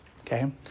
okay